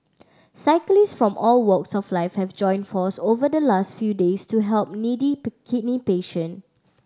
cyclists from all walks of life have joined forces over the last few days to help needy kidney patient